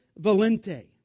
Valente